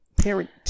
parent